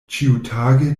ĉiutage